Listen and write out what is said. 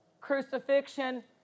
crucifixion